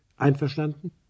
Einverstanden